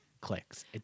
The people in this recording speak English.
clicks